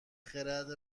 خرد